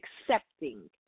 accepting